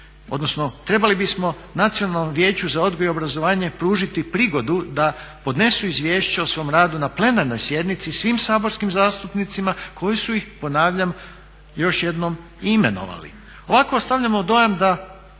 odnosno trebali bismo Nacionalnom vijeću za Odgoj i obrazovanje pružiti prigodu da podnesu izvješće o svom radu na plenarnoj sjednici svim saborskim zastupnicima koji su ih ponavljam još jednom i imenovali. Ovako ostavljamo dojam da